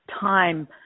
time